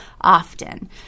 often